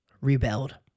rebelled